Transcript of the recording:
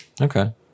Okay